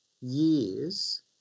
years